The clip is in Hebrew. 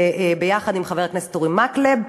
ביחד עם חבר הכנסת אורי מקלב,